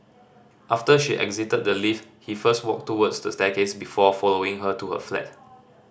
after she exited the lift he first walked towards the staircase before following her to her flat